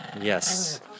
Yes